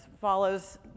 follows